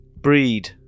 Breed